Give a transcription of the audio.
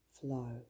flow